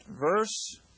verse